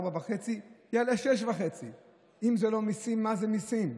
אם זה לא מיסים, מה זה מיסים?